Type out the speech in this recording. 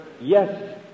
Yes